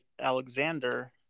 Alexander